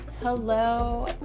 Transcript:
Hello